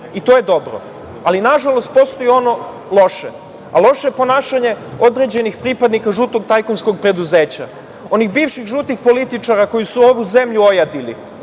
To je dobro. Ali nažalost postoji ono loše, a loše je ponašanje određenih pripadnika žutog tajkunskog preduzeća, onih bivših žutih političara koji su ovu zemlju ojadili.